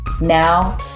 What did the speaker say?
Now